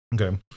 Okay